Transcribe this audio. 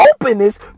openness